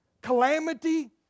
calamity